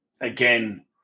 again